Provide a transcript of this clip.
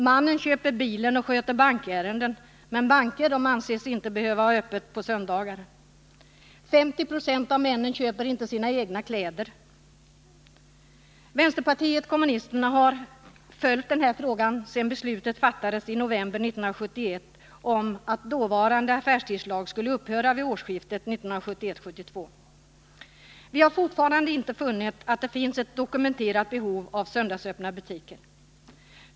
Mannen köper bilen och sköter bankärenden, men banker anses inte behöva ha öppet på söndagar. 50 96 av männen köper inte sina egna kläder. Vänsterpartiet kommunisterna har följt den här frågan sedan beslutet fattades i november 1971 om att dåvarande affärstidslag skulle upphöra vid årsskiftet 1971-1972. Vi har fortfarande inte funnit att det finns ett dokumenterat behov av söndagsöppna butiker.